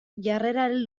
jarrerari